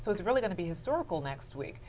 so is really going to be historical next week.